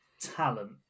talent